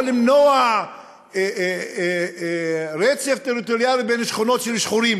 או תמנע רצף טריטוריאלי בין שכונות של שחורים,